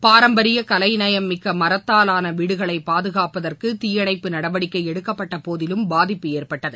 பாரம்பரிய கலைநயம் மிக்க மரத்தாலான வீடுகளை பாதுகாப்பதற்கு தீயணைப்பு நடவடிக்கை எடுக்கப்பட்ட போதிலும் பாதிப்பு ஏற்பட்டது